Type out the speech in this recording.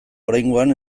oraingoan